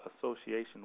Association